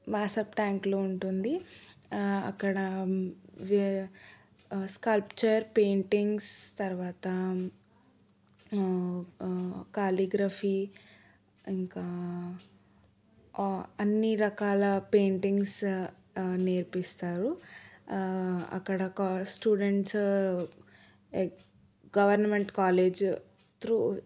మాసాబ్ ట్యాంక్లో ఉంటుంది అక్కడ స్కల్ప్చర్ పెయింటింగ్స్ తర్వాత కాలిగ్రఫీ ఇంకా అన్ని రకాల పెయింటింగ్స్ నేర్పిస్తారు అక్కడ ఒక స్టూడెంట్స్ గవర్నమెంట్ కాలేజ్ త్రూ